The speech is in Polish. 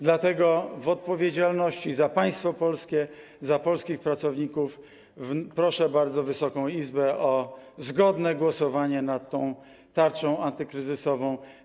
Dlatego w odpowiedzialności za państwo polskie, za polskich pracowników proszę bardzo Wysoką Izbę o zgodne głosowanie nad tą tarczą antykryzysową.